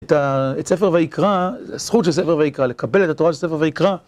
את ספר ויקרא, הזכות של ספר ויקרא, לקבל את התורה של ספר ויקרא.